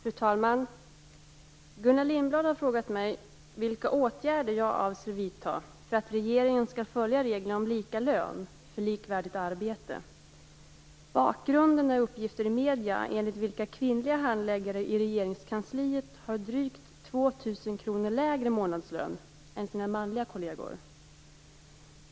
Fru talman! Gullan Lindblad har frågat mig vilka åtgärder jag avser vidta för att regeringen skall följa reglerna om lika lön för likvärdigt arbete. Bakgrunden är uppgifter i medierna enligt vilka kvinnliga handläggare i Regeringskansliet har drygt 2 000 kr lägre månadslön än sin manliga kolleger.